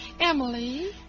Emily